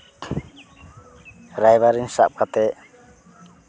ᱨᱟᱭᱵᱟᱨ ᱥᱟᱵ ᱠᱟᱛᱮ